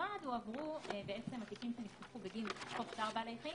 ובנפרד הועברו התיקים שנפתחו בגין חוק צער בעלי חיים,